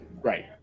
right